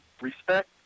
respect